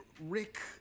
Rick